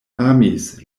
amis